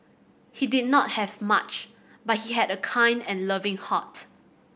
he did not have much but he had a kind and loving heart